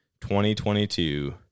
2022